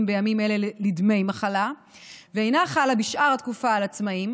בימים אלה לדמי מחלה ואינה חלה בשאר התקופה על עצמאים,